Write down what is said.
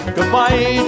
Goodbye